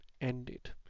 ended